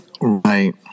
Right